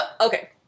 okay